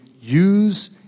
use